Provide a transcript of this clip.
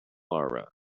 aura